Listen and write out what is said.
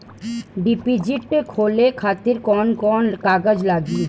Deposit खोले खातिर कौन कौन कागज लागी?